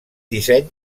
disseny